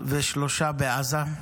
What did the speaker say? ושלושה בעזה.